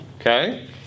Okay